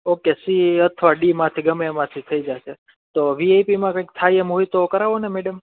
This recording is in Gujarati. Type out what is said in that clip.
ઓકે સી અથવાં ડી માંથી ગમે એમાંથી થઈ જાશે તો વીઆઈપીમાં કંઇક થાય એમ હોય તો કરાવોને મેડમ